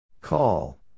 Call